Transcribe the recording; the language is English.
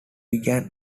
began